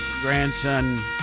grandson